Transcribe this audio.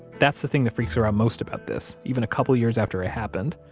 that's the thing that freaks her um most about this, even a couple years after it happened,